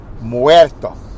muerto